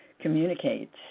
Communicate